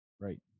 Right